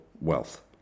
wealth